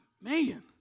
Man